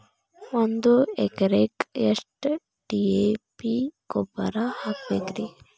ಒಂದು ಎಕರೆಕ್ಕ ಎಷ್ಟ ಡಿ.ಎ.ಪಿ ಗೊಬ್ಬರ ಹಾಕಬೇಕ್ರಿ?